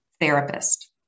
Therapist